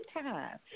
time